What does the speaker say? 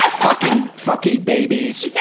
ah fucking. fucking babies, yeah